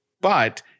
but-